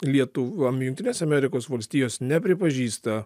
lietuv a jungtinės amerikos valstijos nepripažįsta